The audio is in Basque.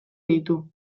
ditu